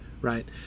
Right